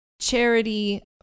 charity